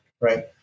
right